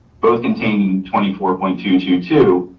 both containing twenty four point two two two,